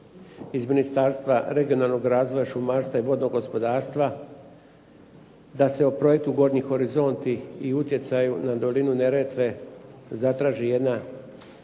iz Ministarstva regionalnog razvoja, šumarstva i vodnog gospodarstva da se o Projektu Gornji horizonti i utjecaji na dolinu Neretve zatraži jedna